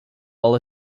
while